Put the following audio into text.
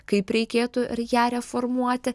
kaip reikėtų ir ją reformuoti